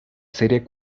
serie